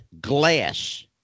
glass